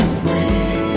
free